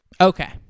Okay